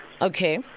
Okay